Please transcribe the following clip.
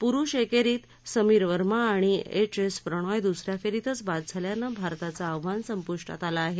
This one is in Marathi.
प्रूष एकेरीत समीर वर्मा आणि एच एस प्रनय द्स या फेरीतच बाद झाल्यानं भारताचं आव्हान संप्ष्टात आलं आहे